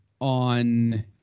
on